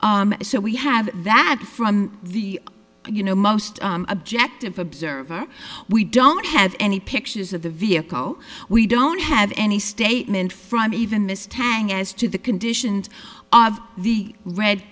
injured so we have that from the you know most objective observer we don't have any pictures of the vehicle we don't have any statement from even miss tang as to the conditions of the red